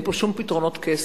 אין פה שום פתרונות קסם.